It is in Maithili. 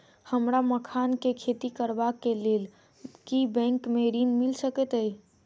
हमरा मखान केँ खेती करबाक केँ लेल की बैंक मै ऋण मिल सकैत अई?